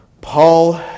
Paul